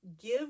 Give